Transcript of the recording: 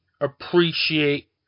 appreciate